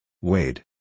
Wade